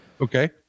okay